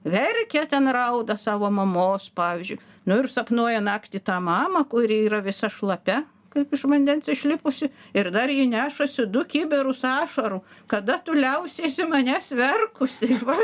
verkia ten rauda savo mamos pavyzdžiui nu ir sapnuoja naktį tą mamą kuri yra visa šlapia kaip iš vandens išlipusi ir dar ji nešasi du kibirus ašarų kada tu liausiesi manęs verkusi va